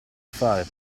fare